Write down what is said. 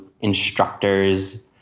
instructor's